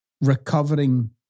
recovering